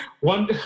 one